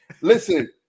Listen